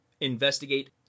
investigate